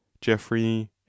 jeffrey